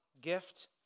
gift